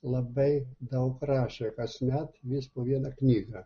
labai daug rašė kasmet vis po vieną knygą